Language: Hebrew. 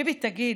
ביבי, תגיד,